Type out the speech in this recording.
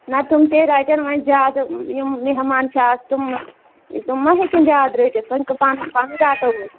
نہ تِم تے رَٹن وۄنۍ زیادٕ یِم مہمان چھِ آسہٕ تِم تِم ما ہیٚکٮ۪ن زیادٕ رٔٹِتھ وۄنۍ پَنٕنۍ پَنٕنۍ رَٹو أسۍ